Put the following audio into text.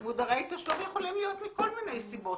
מודרי תשלום יכולים להיות מכל מיני סיבות.